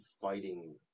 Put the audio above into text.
fighting